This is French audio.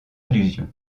allusions